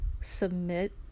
submit